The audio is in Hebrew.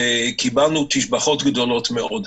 וקיבלנו תשבחות גדולות מאוד.